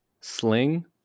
Sling